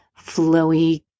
flowy